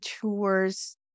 tours